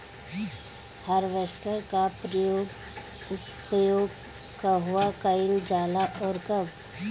Harvester का उपयोग कहवा कइल जाला और कब?